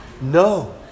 No